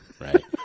right